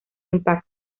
impacto